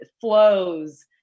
flows